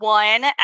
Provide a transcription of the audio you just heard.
one